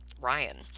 ryan